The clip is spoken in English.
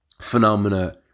phenomena